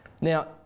Now